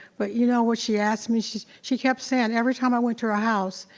but you know what she asked me? she she kept saying, every time i went to her house,